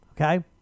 Okay